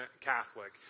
Catholic